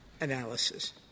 analysis